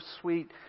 sweet